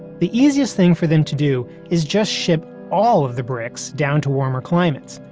the easiest thing for them to do is just ship all of the bricks down to warmer climates,